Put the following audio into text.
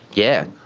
yeah.